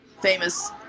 famous